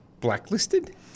blacklisted